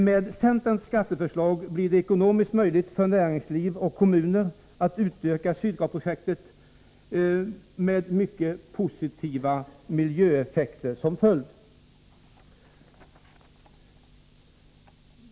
Med centerns skatteförslag blir det ekonomiskt möjligt för näringsliv och kommuner att utöka Sydgasprojektet med mycket positiva miljöeffekter som följd.